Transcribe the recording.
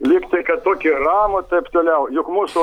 lygtai kad tokį ramų taip toliau juk mūsų